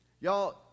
Y'all